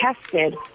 tested